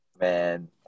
Man